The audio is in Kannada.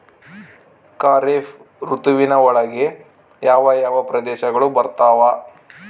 ಖಾರೇಫ್ ಋತುವಿನ ಒಳಗೆ ಯಾವ ಯಾವ ಪ್ರದೇಶಗಳು ಬರ್ತಾವ?